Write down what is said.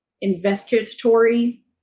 investigatory